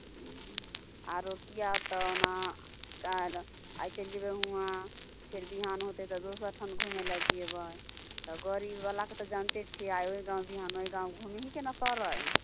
हुँ आओर किएक तऽ ओना काल्हि आइ चलि जेबै हुआँ फेर बिहान होतै तऽ दोसर ठाम घुमैलए जेबै तऽ गाड़ीवलाके जानिते छिए घुमहिके ने पड़ै